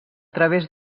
través